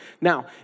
Now